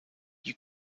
you